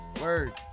Word